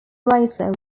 racer